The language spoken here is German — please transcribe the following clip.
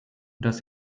dass